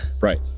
Right